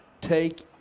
take